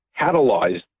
catalyzed